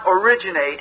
originate